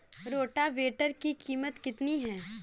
Rotavator की कीमत कितनी है?